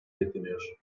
bekleniyor